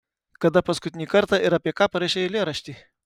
kada paskutinį kartą ir apie ką parašei eilėraštį